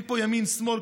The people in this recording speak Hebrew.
אין פה ימין שמאל,